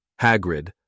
Hagrid